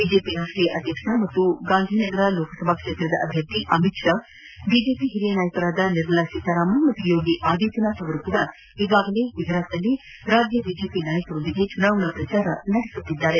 BJP ರಾಷ್ಟೀಯ ಅಧ್ಯಕ್ಷ ಹಾಗೂ ಗಾಂಧಿನಗರ ಲೋಕಸಭಾ ಕ್ಷೇತ್ರದ ಅಭ್ಯರ್ಥಿ ಅಮಿತ್ ಶಾ ಬಿಜೆಪಿ ಹಿರಿಯ ನಾಯಕರಾದ ನಿರ್ಮಲಾ ಸೀತಾರಾಮನ್ ಮತ್ತು ಯೋಗಿ ಆದಿತ್ತನಾಥ್ ಈಗಾಗಲೇ ಗುಜರಾತ್ನಲ್ಲಿ ರಾಜ್ಯ ಬಿಜೆಪಿ ನಾಯಕರೊಂದಿಗೆ ಚುನಾವಣಾ ಪ್ರಚಾರ ನಡೆಸುತ್ತಿದ್ದಾರೆ